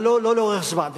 לא, לא לאורך זמן.